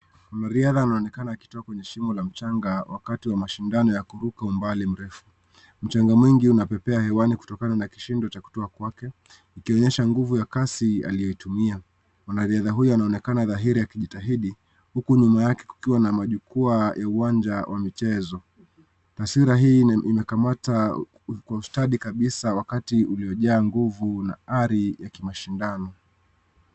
Mwanariadha anaonekana akitoka katika shimo la mchanga wakati wa mashindano wa kuruka umbali mrefu. Mchanga mwingi unapepea hewani kutokana na kishindo cha kutua kwake, ikionyesha nguvu ya kasi aliyoitumia. Mwanariadha huyo anaonekana dhahiri akijitahidi huku nyuma yake kukiwa na majukwaa ya uwanja wa michezo. Hasira hii ime imekamata kwa ustadi kabisa wakati uliojaa nguvu na ari ya kimashindano.